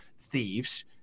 thieves